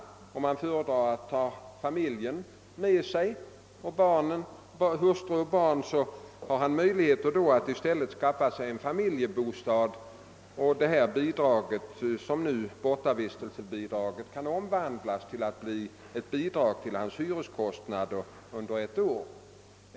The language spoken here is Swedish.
Om han föredrar att ta familjen med sig har han möjlighet att i stället skaffa sig en familjebostad. Bortavistelsebidraget kan då omvandlas och bli ett bidrag till hans hyreskostnader under ett år.